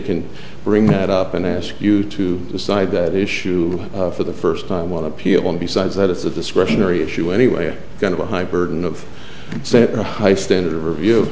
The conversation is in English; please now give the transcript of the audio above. can bring that up and ask you to decide that issue for the first time on appeal and besides that it's a discretionary issue anyway kind of a high burden of a high standard of review